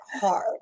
hard